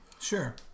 Sure